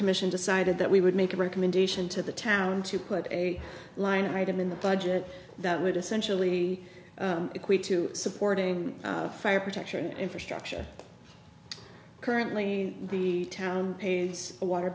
commission decided that we would make a recommendation to the town to put a line item in the budget that would essentially equate to supporting fire protection infrastructure currently the town pays a water